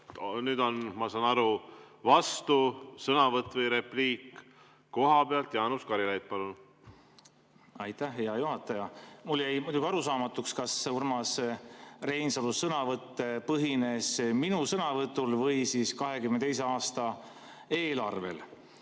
Nüüd on, ma saan aru, vastusõnavõtt või ‑repliik kohapealt. Jaanus Karilaid, palun! Aitäh, hea juhataja! Mulle jäi muidugi arusaamatuks, kas Urmas Reinsalu sõnavõtt põhines minu sõnavõtul või 2022. aasta eelarvel.